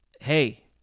hey